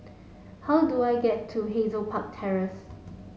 how do I get to Hazel Park Terrace